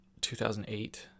2008